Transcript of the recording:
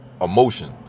emotion